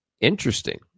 interesting